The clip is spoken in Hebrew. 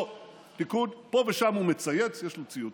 לא, תיקון: פה ושם הוא מצייץ, יש לו ציוצים,